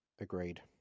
Agreed